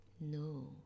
No